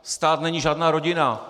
Stát není žádná rodina.